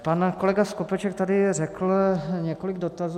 Pan kolega Skopeček tady řekl několik dotazů.